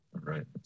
Right